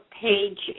page